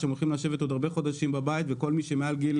שהם הולכים לשבת עוד הרבה חודשים בבית וכל מי שמתחת לגיל